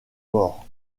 morts